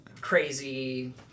crazy